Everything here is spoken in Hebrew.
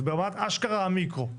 זה ברמת אשכרה המיקרו.